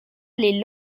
les